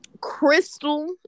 Crystal